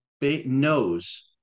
knows